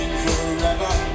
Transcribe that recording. forever